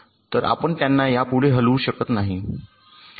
तर आपण त्यांना यापुढे हलवू शकत नाही